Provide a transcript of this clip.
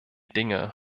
dinge